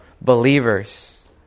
believers